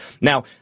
Now